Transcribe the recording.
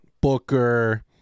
Booker